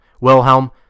Wilhelm